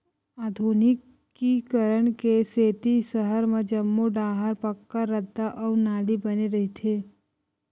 आधुनिकीकरन के सेती सहर म जम्मो डाहर पक्का रद्दा अउ नाली बने रहिथे